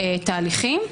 ותהליכים.